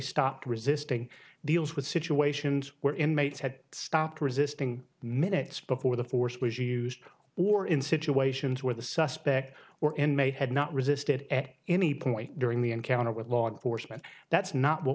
stopped resisting deals with situations where inmates had stopped resisting minutes before the force was used or in situations where the suspect or inmate had not resisted at any point during the encounter with log force but that's not what